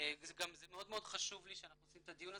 זה גם מאוד מאוד חשוב לי שאנחנו עושים את הדיון הזה,